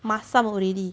masam already